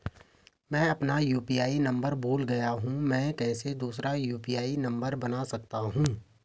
मैं अपना UPI number भूल गया हूँ मैं कैसे दूसरा यु.पी.आई नम्बर बना सकता हूँ?